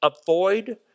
avoid